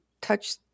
touch